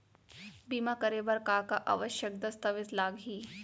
बीमा करे बर का का आवश्यक दस्तावेज लागही